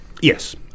yes